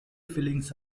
fillings